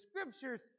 scriptures